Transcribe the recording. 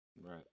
right